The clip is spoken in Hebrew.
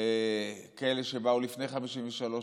כאלה שבאו לפני 1953,